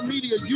media